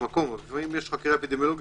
שהמקום סגור לצורך חקירה אפידמיולוגית.